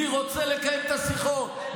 מי רוצה לקיים את השיחות,